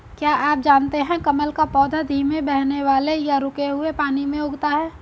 क्या आप जानते है कमल का पौधा धीमे बहने वाले या रुके हुए पानी में उगता है?